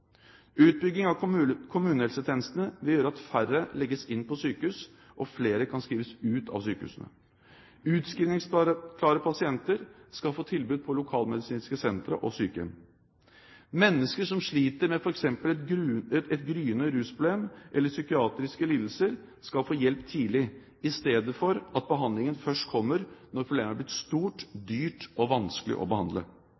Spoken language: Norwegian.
Utbygging av kommunehelsetjenestene vil gjøre at færre legges inn på sykehus, og flere kan skrives ut av sykehusene. Utskrivningsklare pasienter skal få tilbud om lokalmedisinske sentre og sykehjem. Mennesker som sliter med f.eks. et gryende rusproblem eller psykiatrisk lidelse, skal få hjelp tidlig, i stedet for at behandlingen først kommer når problemet er blitt